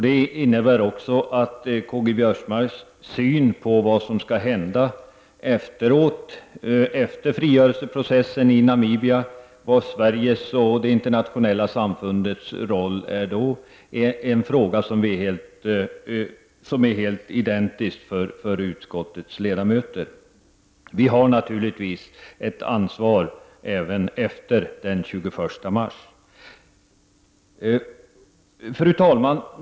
Det innebär också att Karl-Göran Biörsmarks syn på Sveriges och de internationella samfundens roll efter frigörelseprocessen i Namibia är helt identisk med övriga ledamöters i utskottet. Vi har naturligtvis ett ansvar även efter den 21 mars. Fru talman!